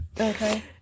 Okay